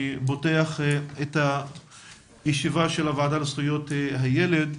אני פותח את ישיבת הוועדה המיוחדת לזכויות הילד.